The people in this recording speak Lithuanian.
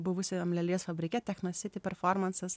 buvusiam lelijos fabrike techno city performansas